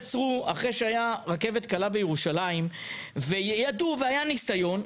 אחרי שהייתה רכבת קלה בירושלים וידעו והיה ניסיון,